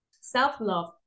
Self-love